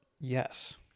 Yes